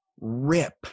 rip